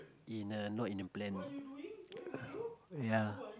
in a not in a plan ya